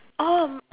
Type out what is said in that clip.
oh